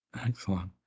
Excellent